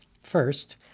First